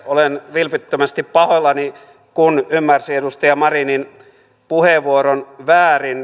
olen vilpittömästi pahoillani kun ymmärsin edustaja marinin puheenvuoron väärin